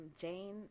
Jane